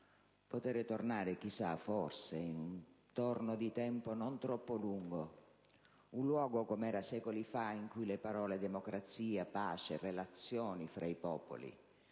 poter tornare, chissà, forse in torno di tempo non troppo lungo, un luogo come era secoli fa in cui le parole democrazia, pace, relazioni fra i popoli,